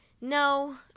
No